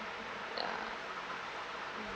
yeah